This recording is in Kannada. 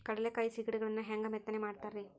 ಕಡಲೆಕಾಯಿ ಸಿಗಡಿಗಳನ್ನು ಹ್ಯಾಂಗ ಮೆತ್ತನೆ ಮಾಡ್ತಾರ ರೇ?